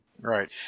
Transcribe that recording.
Right